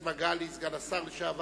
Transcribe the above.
מגלי והבה, סגן השר לשעבר,